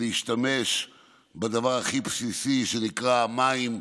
ולהשתמש בשבת בדבר הכי בסיסי, שנקרא מים.